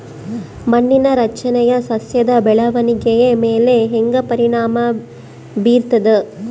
ಮಣ್ಣಿನ ರಚನೆಯು ಸಸ್ಯದ ಬೆಳವಣಿಗೆಯ ಮೇಲೆ ಹೆಂಗ ಪರಿಣಾಮ ಬೇರ್ತದ?